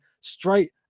straight